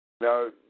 Now